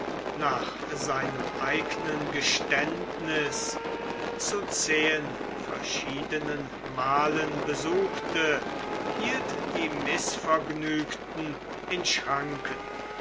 nach seinem eignen geständniß zu zehen verschiedenen malen besuchte hielt die mißvergnügten in schranken